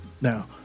Now